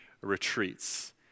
retreats